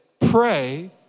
Pray